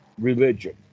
religion